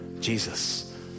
Jesus